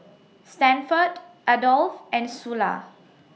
Stanford Adolf and Sula